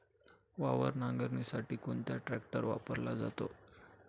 वावर नांगरणीसाठी कोणता ट्रॅक्टर वापरला जातो?